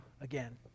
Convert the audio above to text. again